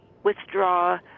withdraw